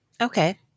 Okay